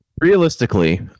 Realistically